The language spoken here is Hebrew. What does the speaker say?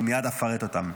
ומייד אפרט אותם.